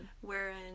wherein